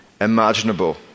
imaginable